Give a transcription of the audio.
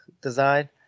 design